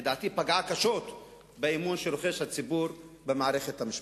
לדעתי פגעה קשות באמון שהציבור רוחש למערכת המשפט.